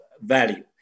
value